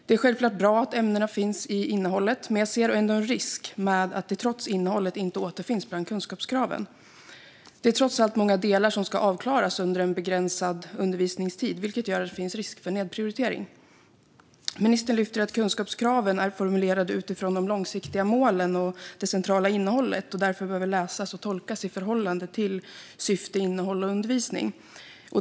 Det är självklart bra att ämnena finns i innehållet, men jag ser ändå en risk med att detta trots innehållet inte återfinns bland kunskapskraven. Det är trots allt många delar som ska avklaras under en begränsad undervisningstid, vilket gör att det finns risk för nedprioritering. Ministern sa att kunskapskraven är formulerade utifrån de långsiktiga målen och det centrala innehållet och att de därför behöver läsas och tolkas i förhållande till syfte, innehåll och undervisning.